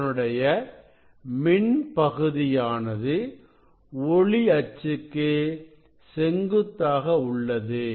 இதனுடைய மின் பகுதியானது ஒளி அச்சுக்கு செங்குத்தாக உள்ளது